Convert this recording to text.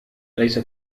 أليس